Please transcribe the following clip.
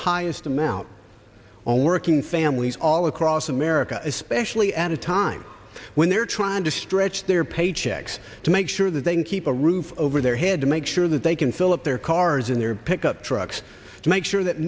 highest amount on working families all across america especially at a time when they're trying to stretch their paychecks to make sure that they can keep a roof over their head to make sure that they can fill up their cars in their pickup trucks to make sure that